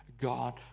god